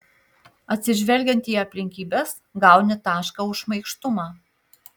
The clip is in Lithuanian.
atsižvelgiant į aplinkybes gauni tašką už šmaikštumą